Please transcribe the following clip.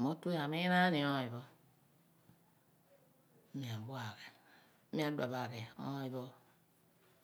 mo tue amiin aani oony pho ku mi adua aghi mi adua bo aghi, oony pho mo